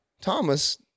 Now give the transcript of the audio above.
Thomas